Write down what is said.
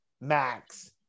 Max